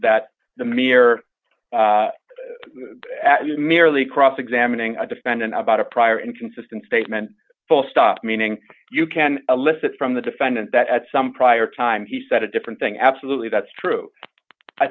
that the mere merely cross examining a defendant about a prior inconsistent statement full stop meaning you can elicit from the defendant that at some prior time he said a different thing absolutely that's true i